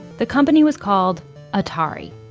the company was called atari.